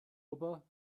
ober